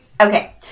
Okay